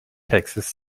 texas